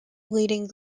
leading